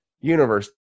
universe